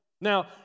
Now